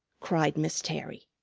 cried miss terry.